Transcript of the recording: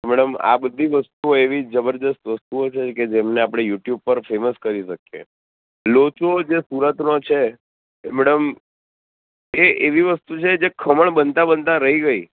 madam આ બધી વસ્તુઓ એવી જબરદસ્ત વસ્તુઓ છે કે જેમને આપડે યૂટ્યૂબ પર ફેમસ કરી શકીએ લોચો જે સુરતનો છે એ મેડમ એ એવી વસ્તુ છે જે ખમણ બનતા બનતા રહી ગઈ